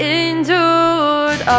endured